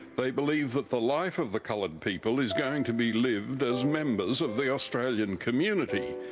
they believe that the life of the coloured people is going to be lived as members of the australian community,